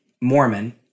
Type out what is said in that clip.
Mormon